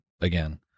again